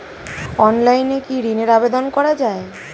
অনলাইনে কি ঋনের আবেদন করা যায়?